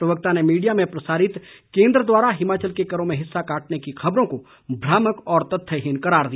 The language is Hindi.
प्रवक्ता ने मीडिया में प्रसारित केन्द्र द्वारा हिमाचल के करों में हिस्सा काटने की खबरों को भ्रामक व तथ्यहीन करार दिया